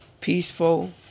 peaceful